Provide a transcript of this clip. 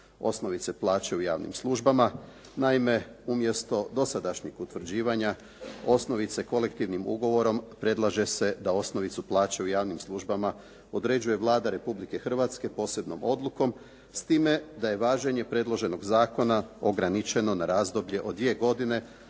osnovice plaće u javnim službama. Naime, umjesto dosadašnjih utvrđivanja osnovice kolektivnim ugovorom predlaže se da osnovicu plaće u javnim službama određuje Vlada Republike Hrvatske posebnom odlukom s time da je važenje predloženog zakona ograničeno na razdoblje od dvije godine